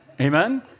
Amen